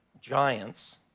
giants